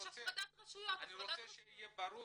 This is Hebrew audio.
יש הפרדת רשויות --- אני רוצה שיהיה ברור,